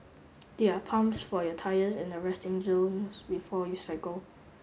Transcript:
there are pumps for your tyres at the resting zones before you cycle